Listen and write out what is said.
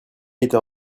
était